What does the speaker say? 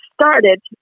started